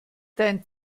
dein